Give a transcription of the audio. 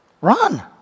run